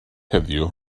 heddiw